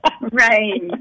Right